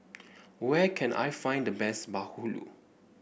where can I find the best Bahulu